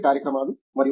కార్యక్రమాలు మరియు B